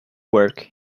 work